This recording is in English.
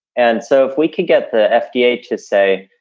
and so if we could get the fda to say,